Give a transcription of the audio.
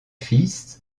fils